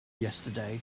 yesterday